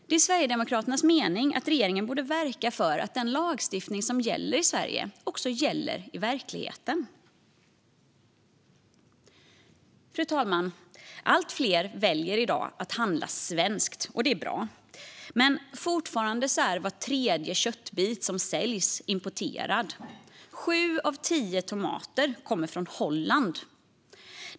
Det är Sverigedemokraternas mening att regeringen borde verka för att den lagstiftning som gäller i Sverige också ska gälla i verkligheten. Fru talman! Allt fler väljer i dag att handla svenskt, och det är bra. Men fortfarande är var tredje köttbit som säljs importerad. Sju av tio tomater kommer från Holland.